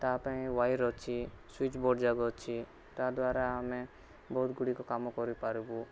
ତା'ପାଇଁ ୱାଏର ଅଛି ସୁଇଜ୍ ବୋର୍ଡ଼ଯାକ ଅଛି ତା' ଦ୍ଵାରା ଆମେ ବହୁତ ଗୁଡ଼ିକ କାମ କରିପାରିବୁ